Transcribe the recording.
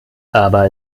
aber